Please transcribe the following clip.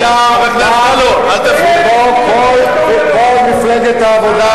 היה אמור לקבל את ההחלטה של בית-הדין לעבודה שבו תתכנס ועידת העבודה,